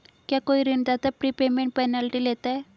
क्या कोई ऋणदाता प्रीपेमेंट पेनल्टी लेता है?